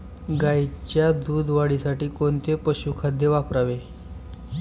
गाईच्या दूध वाढीसाठी कोणते पशुखाद्य वापरावे?